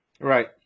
Right